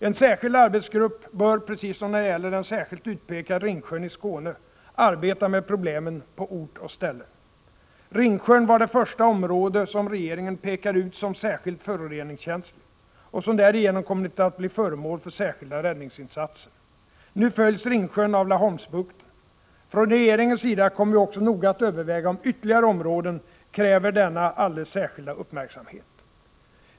En speciell arbetsgrupp bör — precis som när det gäller den särskilt utpekade Ringsjön i Skåne — arbeta med problemen på ort och ställe. Ringsjön var det första område som regeringen pekade ut som särskilt föroreningskänsligt och som därigenom kommit att bli föremål för särskilda räddningsinsatser. Nu följs Ringsjön av Laholmsbukten. Från regeringens sida kommer vi också att noga överväga om ytterligare områden kräver denna alldeles särskilda uppmärksamhet.